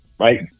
right